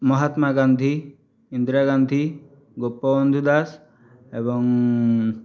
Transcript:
ମହାତ୍ମା ଗାନ୍ଧୀ ଇନ୍ଦିରା ଗାନ୍ଧୀ ଗୋପବନ୍ଧୁ ଦାସ ଏବଂ